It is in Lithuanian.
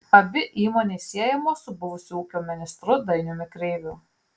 abi įmonės siejamos su buvusiu ūkio ministru dainiumi kreiviu